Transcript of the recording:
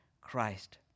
Christ